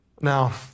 Now